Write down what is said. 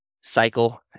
cycle